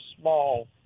small